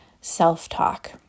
self-talk